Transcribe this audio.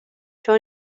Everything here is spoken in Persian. چون